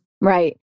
Right